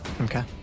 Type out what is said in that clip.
Okay